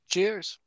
Cheers